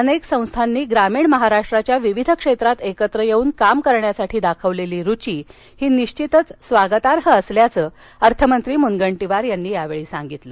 अनेक संस्थांनी ग्रामीण महाराष्ट्राच्या विविध क्षेत्रात एकत्र येऊन काम करण्यासाठी दाखवलेली रुची ही निश्वित स्वागताई असल्याचं अर्थमंत्री सुधीर मुनगंटीवार यांनी यावेळी सांगितलं